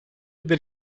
bir